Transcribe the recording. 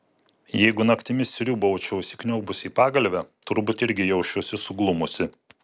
jeigu naktimis sriūbaučiau įsikniaubusi į pagalvę turbūt irgi jausčiausi suglumusi